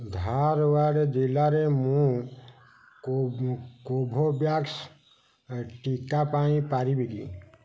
ଧାର୍ୱାଡ଼୍ ଜିଲ୍ଲାରେ ମୁଁ କୋଭୋଭ୍ୟାକ୍ସ ଏ ଟିକା ପାଇ ପାରିବି କି